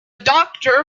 doctor